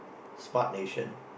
spart nation